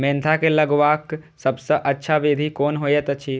Mentha के लगवाक सबसँ अच्छा विधि कोन होयत अछि?